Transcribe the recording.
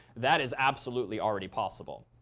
that is absolutely already possible.